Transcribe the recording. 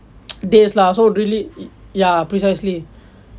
days lah so really yah precisely